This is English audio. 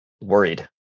Worried